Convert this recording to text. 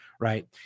right